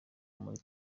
muri